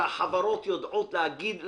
שהחברות יודעות להגיד לנו,